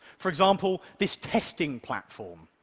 for example, this testing platform,